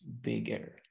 bigger